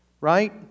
right